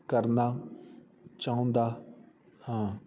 ਕਰਨਾ ਚਾਹੁੰਦਾ ਹਾਂ